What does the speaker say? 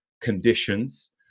conditions